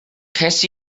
ces